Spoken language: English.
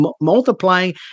multiplying